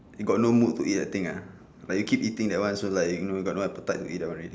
you got no mood to eat the thing ah but you keep eating that one so like you know you got no appetite to eat that one already